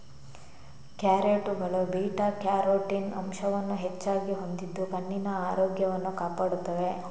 ಕ್ಯಾರೆಟುಗಳು beta carotene ಅಂಶವನ್ನು ಹೆಚ್ಚಾಗಿ ಹೊಂದಿದ್ದು ಕಣ್ಣಿನ ಆರೋಗ್ಯವನ್ನು ಕಾಪಾಡುತ್ತವೆ